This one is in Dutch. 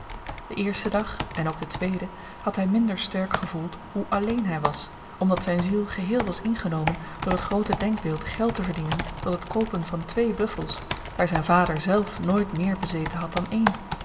den eersten dag en ook den tweeden had hy minder sterk gevoeld hoe alléén hy was omdat zyn ziel geheel was ingenomen door t groote denkbeeld geld te verdienen tot het koopen van twee buffels daar zyn vader zelf nooit meer bezeten had dan één